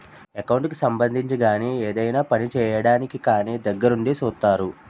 account కి సంబంధించి గాని ఏదైనా పని చేయడానికి కానీ దగ్గరుండి సూత్తారు